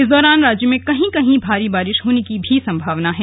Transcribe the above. इस दौरान राज्य में कहीं कहीं भारी बारिश होने की भी संभावना है